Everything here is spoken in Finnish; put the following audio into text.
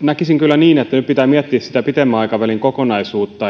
näkisin kyllä niin että nyt pitää miettiä pitemmän aikavälin kokonaisuutta